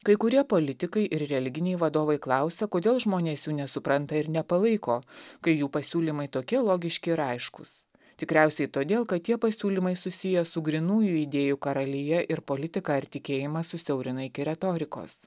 kai kurie politikai ir religiniai vadovai klausia kodėl žmonės jų nesupranta ir nepalaiko kai jų pasiūlymai tokie logiški ir aiškūs tikriausiai todėl kad tie pasiūlymai susiję su grynųjų idėjų karalija ir politiką ar tikėjimą susiaurina iki retorikos